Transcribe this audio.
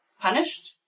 punished